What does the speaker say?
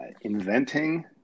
inventing